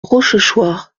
rochechouart